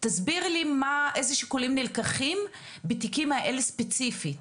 תסבירי לי איזה שיקולים נלקחים בתיקים האלה ספציפית.